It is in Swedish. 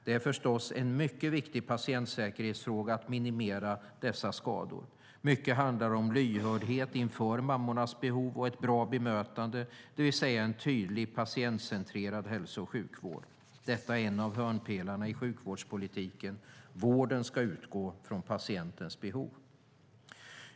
Det är förstås en mycket viktig patientsäkerhetsfråga att minimera dessa skador. Mycket handlar om lyhördhet inför mammornas behov och ett bra bemötande, det vill säga en tydlig patientcentrerad hälso och sjukvård. Detta är en av hörnpelarna i sjukvårdspolitiken - vården ska utgå från patientens behov.